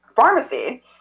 pharmacy